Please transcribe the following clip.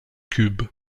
cube